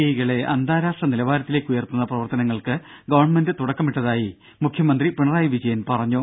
ഐകളെ അന്താരാഷ്ട്ര നിലവാരത്തിലേക്ക് ഉയർത്തുന്ന പ്രവർത്തനങ്ങൾക്ക് ഗവൺമെന്റ് തുടക്കമിട്ടതായി മുഖ്യമന്ത്രി പിണറായി വിജയൻ പറഞ്ഞു